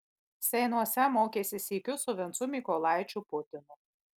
seinuose mokėsi sykiu su vincu mykolaičiu putinu